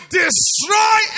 destroy